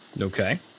Okay